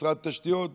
במשרד התשתיות,